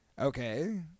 Okay